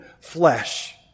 flesh